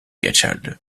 geçerli